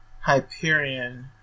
Hyperion